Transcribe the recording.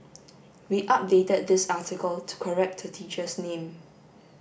we updated this article to correct a teacher's name